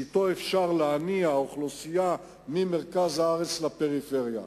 שאתו אפשר להניע אוכלוסייה ממרכז הארץ לפריפריה.